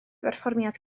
berfformiad